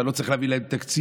אני לא צריך להביא להם תקציב,